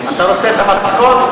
אתה רוצה את המתכון?